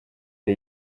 the